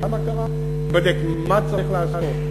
למה קרה, ייבדק מה צריך לעשות.